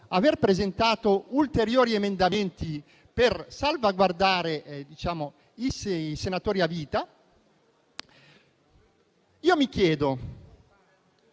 di presentare ulteriori emendamenti per salvaguardare i senatori a vita,